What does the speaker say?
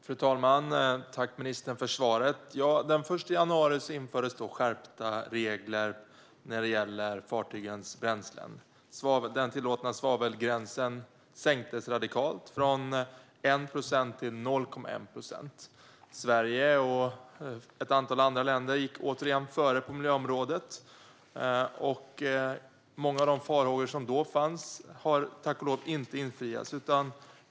Fru talman! Tack, ministern, för svaret! Den 1 januari 2015 infördes skärpta regler när det gäller fartygens bränslen. Den tillåtna svavelgränsen sänktes radikalt, från 1 procent till 0,1 procent. Sverige och ett antal andra länder gick återigen före på miljöområdet. Många av de farhågor som då fanns har tack och lov inte besannats.